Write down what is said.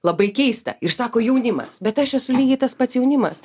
labai keista ir sako jaunimas bet aš esu lygiai tas pats jaunimas